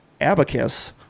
Abacus